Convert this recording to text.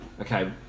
okay